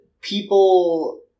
People